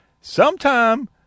sometime